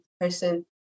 person